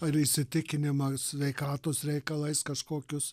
ar įsitikinimą sveikatos reikalais kažkokius